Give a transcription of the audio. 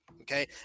Okay